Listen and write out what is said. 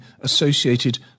associated